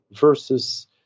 versus